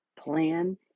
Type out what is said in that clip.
plan